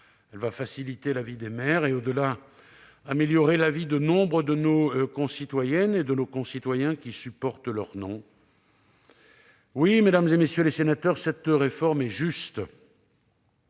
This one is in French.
elle va faciliter la vie des mères et, au-delà, améliorer la vie de nombre de nos concitoyennes et de nos concitoyens qui supportent leur nom. Oui, mesdames, messieurs les sénateurs, cette réforme est juste.